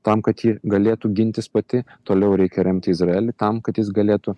tam kad ji galėtų gintis pati toliau reikia remti izraelį tam kad jis galėtų